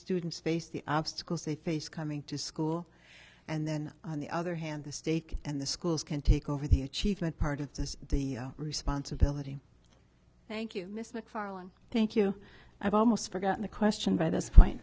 students face the obstacles they face coming to school and then on the other hand the steak and the schools can take over the achievement part of the responsibility thank you mr macfarlane thank you i've almost forgotten the question by this point